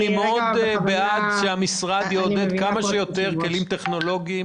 אני מאוד בעד שהמשרד יעודד כמה שיותר כלים טכנולוגיים